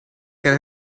can